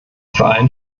vereint